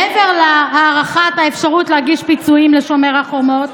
מעבר להארכת האפשרות להגיש פיצויים לשומר החומות: